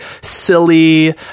silly